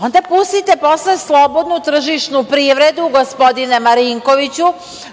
onda, pustite posle slobodno tržišnu privredu, gospodine Marinkoviću